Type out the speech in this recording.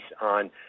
on